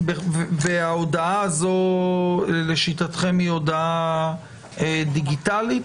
וההודעה הזאת לשיטתכם היא דיגיטלית?